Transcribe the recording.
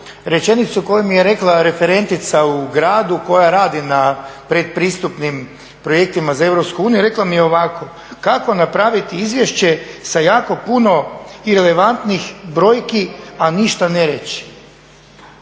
rečenicu koju mi je rekla referentica u gradu koja radi na pretpristupnim projektima za Europsku uniju, rekla mi je ovako, kako napraviti izvješće sa jako puno irelevantnih brojki a ništa ne reći.